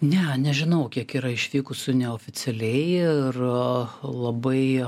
ne nežinau kiek yra išvykusių neoficialiai ir labai